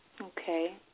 Okay